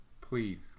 please